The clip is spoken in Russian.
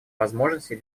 возможностей